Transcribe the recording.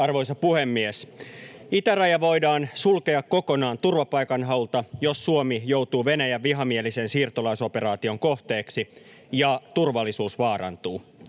Arvoisa puhemies! Itäraja voidaan sulkea kokonaan turvapaikanhaulta, jos Suomi joutuu Venäjän vihamielisen siirtolaisoperaation kohteeksi ja turvallisuus vaarantuu.